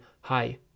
hi